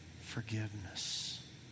forgiveness